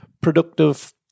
productive